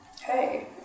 hey